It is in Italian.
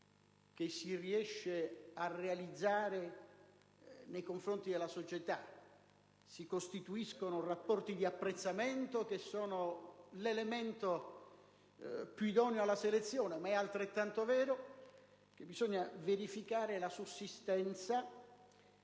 che si riesce a realizzare nei confronti della società, e che si costituiscono rapporti di apprezzamento che sono l'elemento più idoneo alla selezione, ma è altrettanto vero che bisogna verificare la sussistenza